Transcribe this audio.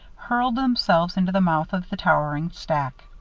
hurled themselves into the mouth of the towering stack.